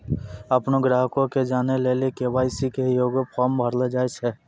अपनो ग्राहको के जानै लेली के.वाई.सी के एगो फार्म भरैलो जाय छै